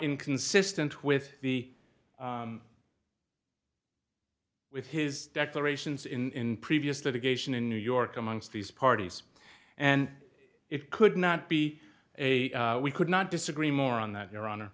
inconsistent with the with his declarations in previous litigation in new york amongst these parties and it could not be a we could not disagree more on that your honor